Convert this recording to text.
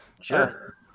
Sure